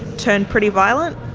turned pretty violent,